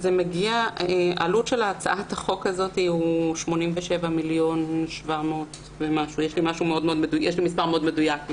עלות הצעת החוק הוא 87 מיליון, יש לי נתון מדויק.